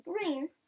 green